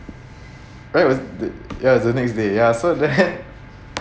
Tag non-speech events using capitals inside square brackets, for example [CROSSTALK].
that was the ya the next day ya so then [LAUGHS]